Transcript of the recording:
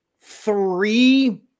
three